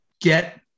get